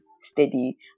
steady